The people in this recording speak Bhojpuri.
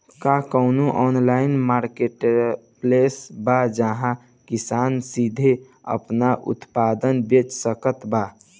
का कउनों ऑनलाइन मार्केटप्लेस बा जहां किसान सीधे आपन उत्पाद बेच सकत बा?